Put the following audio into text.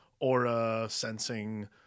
aura-sensing